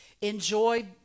enjoy